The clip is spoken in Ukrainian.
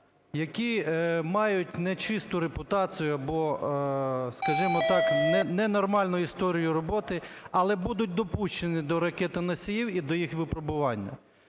які мають нечисту репутацію або, скажімо так, ненормальну історію роботи, але будуть допущені до ракетоносіїв і до їх випробування?